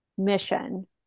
mission